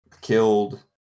killed